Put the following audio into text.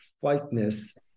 whiteness